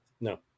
No